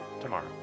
tomorrow